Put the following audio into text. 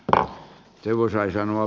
ra juraj sanoo